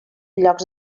llocs